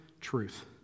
truth